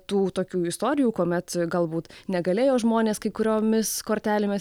tų tokių istorijų kuomet galbūt negalėjo žmonės kai kuriomis kortelėmis